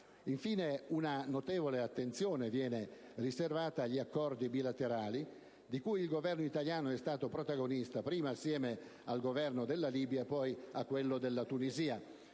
Infine, una notevole attenzione viene riservata agli accordi bilaterali, di cui il Governo italiano è stato protagonista, prima assieme al Governo della Libia e poi a quello della Tunisia.